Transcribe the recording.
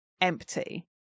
empty